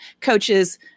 coaches